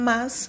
Mas